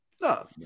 No